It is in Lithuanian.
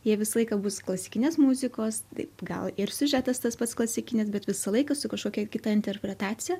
jie visą laiką bus klasikinės muzikos taip gal ir siužetas tas pats klasikinis bet visą laiką su kažkokia kita interpretacija